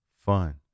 fun